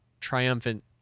triumphant